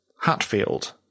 Hatfield